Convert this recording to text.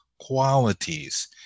qualities